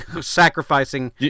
sacrificing